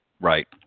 Right